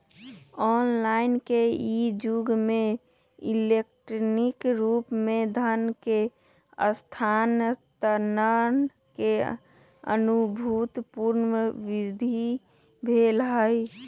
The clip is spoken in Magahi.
ऑनलाइन के इ जुग में इलेक्ट्रॉनिक रूप से धन के स्थानान्तरण में अभूतपूर्व वृद्धि भेल हइ